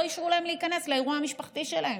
לא אישרו להם להיכנס לאירוע המשפחתי שלהם.